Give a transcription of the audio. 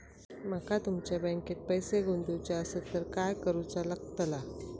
माका तुमच्या बँकेत पैसे गुंतवूचे आसत तर काय कारुचा लगतला?